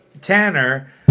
tanner